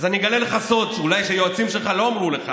אז אני אגלה לך סוד שאולי היועצים שלך לא אמרו לך: